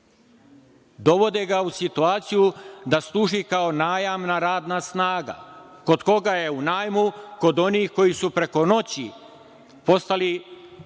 Dovode ga u situaciju da služi kao najamna radna snaga. Kod koga je u najmu? Kod onih koji su preko noći postali